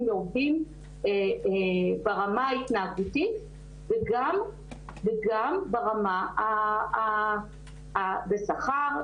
לעובדים ברמה ההתנהגותית וגם ברמה בשכר,